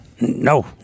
No